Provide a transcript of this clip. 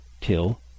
till